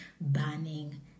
burning